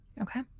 okay